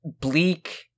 bleak